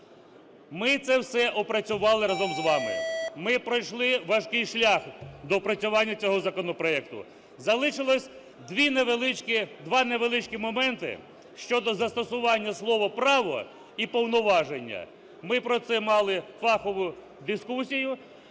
Ми це все опрацювали разом з вами, ми пройшли важкий шлях доопрацювання цього законопроекту. Залишилося два невеличких моменти: щодо застосування слова "право" і "повноваження". Ми про це мали фахову дискусію,